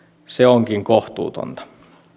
onkin kohtuutonta